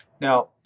Now